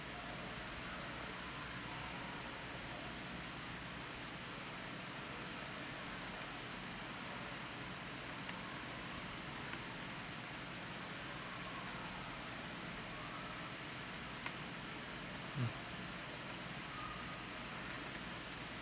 mm